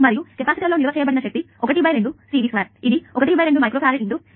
మరియు కెపాసిటర్లో నిల్వ చేయబడిన శక్తి12CV2ఇది 12 మైక్రో ఫరాడ్ 3V24